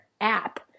app